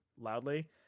loudly